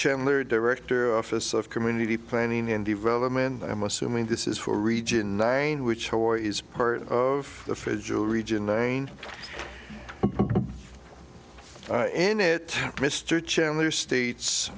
chandler director office of community planning and development i'm assuming this is for region nine which hawaii is part of the fragile region nine in it mr chandler states